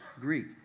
Greek